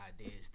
ideas